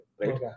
right